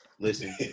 Listen